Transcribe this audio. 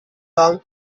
long